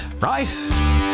right